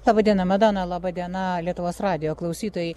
laba diena madona laba diena lietuvos radijo klausytojai